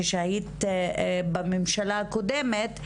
כשהיית בממשלה הקודמת,